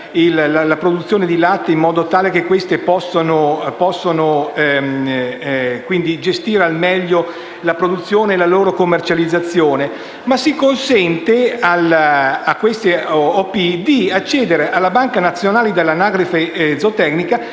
la produzione di latte, in modo tale che questa possa gestirne al meglio la produzione e la commercializzazione, bensì si consente alle OP di accedere alla banca nazionale dell’anagrafe zootecnica